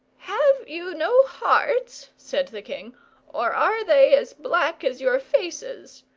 have you no hearts? said the king or are they as black as your faces?